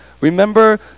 Remember